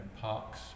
parks